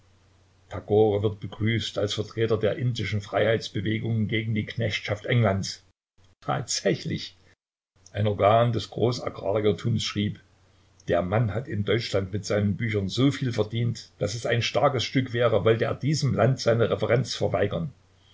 wird begrüßt als vertreter der indischen freiheitsbewegung gegen die knechtschaft englands tatsächlich ein organ des großagrariertums schrieb der mann hat in deutschland mit seinen büchern so viel verdient daß es ein starkes stück wäre wollte er diesem lande seine reverenz verweigern